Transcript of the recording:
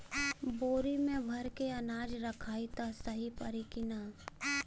बोरी में भर के अनाज रखायी त सही परी की ना?